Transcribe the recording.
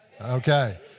Okay